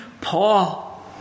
Paul